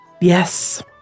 yes